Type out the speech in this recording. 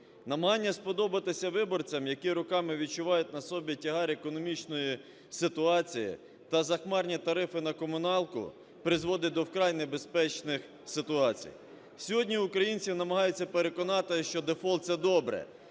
Намагання сподобатися виборцям, які роками відчувають на собі тягар економічної ситуації, та захмарні тарифи на комуналку призводить до вкрай небезпечних ситуацій. Сьогодні українців намагаються переконати, що дефолт – це добре.